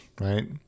right